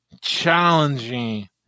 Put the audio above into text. Challenging